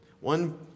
One